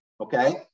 Okay